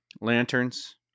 lanterns